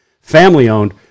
family-owned